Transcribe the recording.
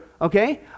okay